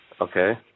Okay